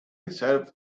reserve